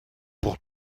pour